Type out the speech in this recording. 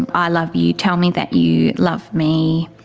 and i love you, tell me that you love me.